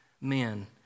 Men